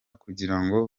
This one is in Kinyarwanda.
kugirango